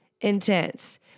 intense